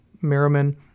Merriman